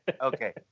Okay